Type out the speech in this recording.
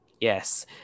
Yes